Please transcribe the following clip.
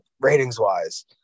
ratings-wise